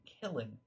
killing